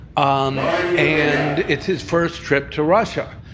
um and it's his first trip to russia.